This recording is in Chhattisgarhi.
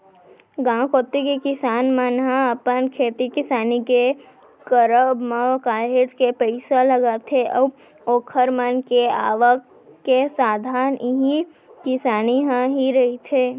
गांव कोती के किसान मन ह अपन खेती किसानी के करब म काहेच के पइसा लगाथे अऊ ओखर मन के आवक के साधन इही किसानी ह ही रहिथे